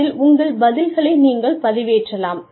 அதில் உங்கள் பதில்களை நீங்கள் பதிவேற்றலாம்